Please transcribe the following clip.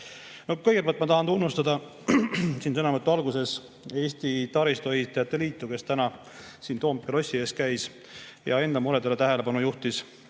Kõigepealt ma tahan tunnustada siin sõnavõtu alguses Eesti taristuehitajate liitu, kes täna siin Toompea lossi ees käis ja enda muredele tähelepanu juhtis.